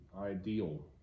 ideal